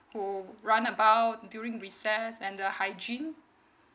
who run about during recess and the hygiene